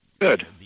Good